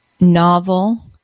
Novel